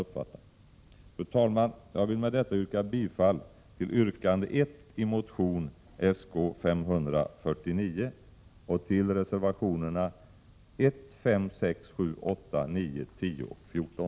Jag vill med detta yrka bifall till yrkande 1 i motion Sk549 och till reservationerna 1, 5, 6, 7, 8, 9, 10 och 14.